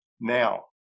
now